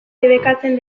debekatzen